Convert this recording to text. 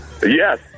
Yes